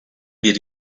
bir